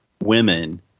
women